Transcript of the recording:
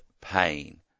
pain